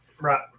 Right